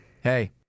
Hey